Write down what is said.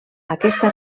aquesta